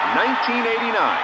1989